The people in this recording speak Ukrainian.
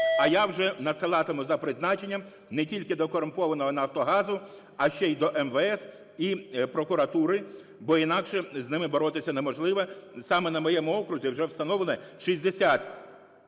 а я вже надсилатиму за призначенням не тільки до корумпованого "Нафтогазу", а ще й до МВС і прокуратури, бо інакше з ними боротися неможливо. Саме на моєму окрузі вже встановлено 60